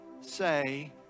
say